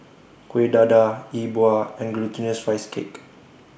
Kueh Dadar E Bua and Glutinous Rice Cake